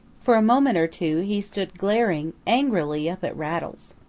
for a moment or two he stood glaring angrily up at rattles.